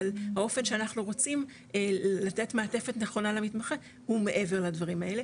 אבל האופן שאנחנו רוצים לתת מעטפת נכונה למתמחה הוא מעבר לדברים האלה'